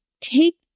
take